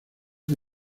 que